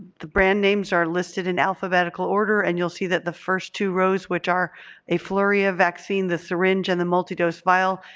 the brand names are listed in alphabetical order and you'll see that the first two rows, which are afluria vaccine, the syringe and the multi-dose vial,